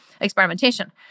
experimentation